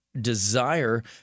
desire